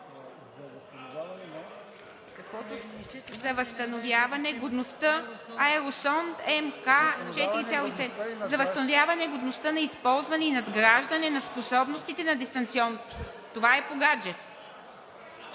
„За възстановяване годността за използване и надграждане на способностите на дистанционно управляема